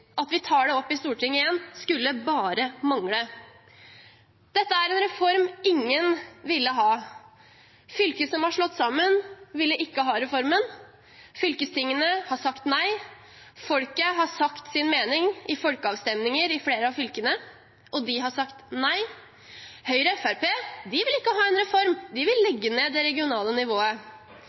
At vi igjen tar det opp i Stortinget, skulle bare mangle. Dette er en reform ingen ville ha. Fylker som er slått sammen, ville ikke ha reformen. Fylkestingene har sagt nei. Folket har sagt sin mening i folkeavstemninger i flere av fylkene, og de har sagt nei. Høyre og Fremskrittspartiet vil ikke ha en reform, de vil legge ned det regionale nivået.